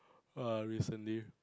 !wah! recently